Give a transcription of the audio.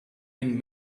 been